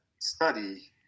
study